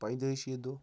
پیدٲشی دۄہ